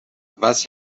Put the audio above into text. was